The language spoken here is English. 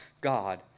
God